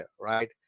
right